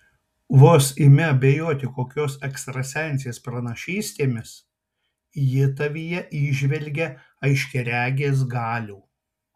vos imi abejoti kokios ekstrasensės pranašystėmis ji tavyje įžvelgia aiškiaregės galių